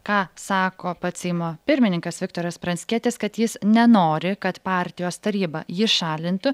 ką sako pats seimo pirmininkas viktoras pranckietis kad jis nenori kad partijos taryba jį šalintų